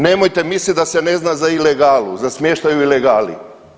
Nemojte misliti da se ne zna za ilegalu, za smještaj u ilegali.